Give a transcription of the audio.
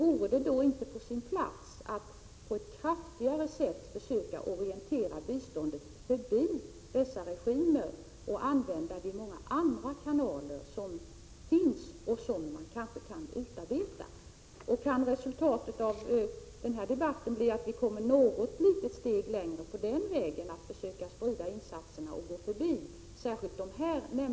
Vore det då inte på sin plats att på ett kraftigare sätt försöka orientera biståndet förbi dessa regimer och använda de många andra kanaler som finns eller som man kanske kan upprätta? Jag tycker det är positivt om resultatet av denna debatt kan bli att vi kommer något litet steg längre på den vägen, där vi försöker sprida insatserna och gå förbi regimer som de nu nämnda.